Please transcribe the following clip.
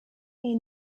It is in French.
est